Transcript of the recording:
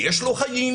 יש לו חיים,